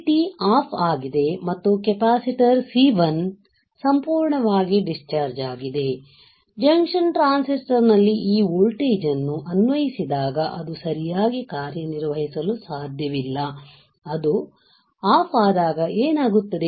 UJT off ಆಗಿದೆ ಮತ್ತು capacitor C1 ಸಂಪೂರ್ಣವಾಗಿ ಡಿಸ್ಚಾರ್ಜ್discharged ಆಗಿದೆ ಜಂಕ್ಷನ್ ಟ್ರಾನ್ಸಿಸ್ಟರ್ ನಲ್ಲಿ ಈ ವೋಲ್ಟೇಜ್ ಅನ್ನು ಅನ್ವಯಿಸಿದಾಗ ಅದು ಸರಿಯಾಗಿ ಕಾರ್ಯನಿರ್ವಹಿಸಲು ಸಾಧ್ಯವಿಲ್ಲ ಮತ್ತು ಅದು ಆಫ್ ಆದಾಗ ಏನಾಗುತ್ತದೆ